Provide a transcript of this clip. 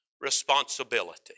responsibility